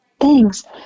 Thanks